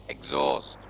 Exhaust